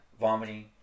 vomiting